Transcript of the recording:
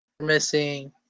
Missing